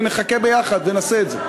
ונחכה ביחד ונעשה את זה.